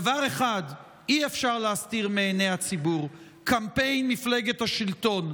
דבר אחד אי-אפשר להסתיר מעיני הציבור: קמפיין מפלגת השלטון,